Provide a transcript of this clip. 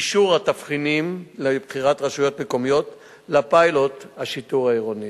אישור התבחינים לבחירת רשויות מקומיות לפיילוט השיטור העירוני.